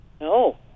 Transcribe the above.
No